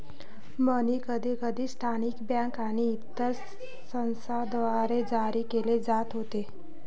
मनी कधीकधी स्थानिक बँका आणि इतर संस्थांद्वारे जारी केले जात होते